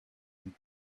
and